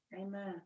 Amen